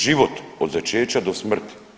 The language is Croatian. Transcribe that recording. Život od začeća do smrti.